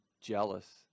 jealous